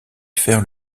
faire